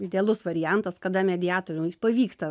idealus variantas kada mediatoriui pavyksta